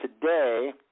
today